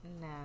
No